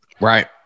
Right